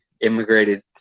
immigrated